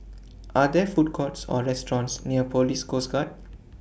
Are There Food Courts Or restaurants near Police Coast Guard